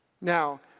Now